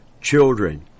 children